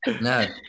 No